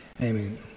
Amen